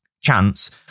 chance